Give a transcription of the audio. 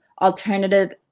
alternative